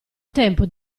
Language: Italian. tempo